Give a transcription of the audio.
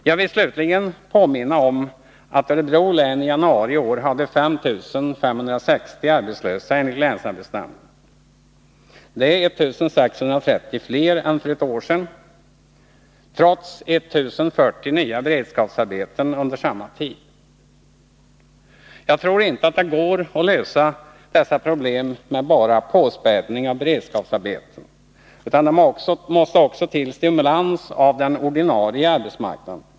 Jag vill slutligen påminna om att Örebro län i januari i år enligt länsarbetsnämnden hade 5 560 arbetslösa. Det är ett 1 630 fler än för ett år sedan trots 1 040 nya beredskapsarbeten under samma tid. Jag tror inte att Sv det går att lösa dessa problem med bara en påspädning av beredskapsarbeten, utan det måste också till stimulans av den ordinarie arbetsmarknaden.